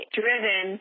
driven